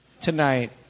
tonight